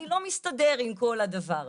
אני לא מסתדר עם כל הדבר הזה".